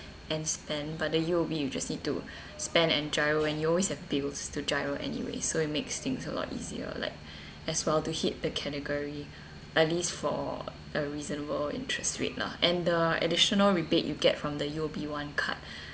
and spend but the U_O_B you just need to spend and giro and you always have bills to giro anyway so it makes things a lot easier like as well to hit the category at least for a reasonable interest rate lah and the additional rebate you get from the U_O_B one card